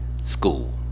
school